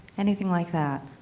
anything like that?